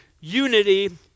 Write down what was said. Unity